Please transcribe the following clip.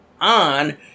on